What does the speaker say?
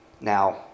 Now